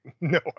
no